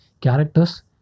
characters